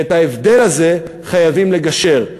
ועל ההבדל הזה חייבים לגשר.